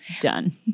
Done